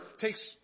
takes